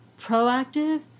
proactive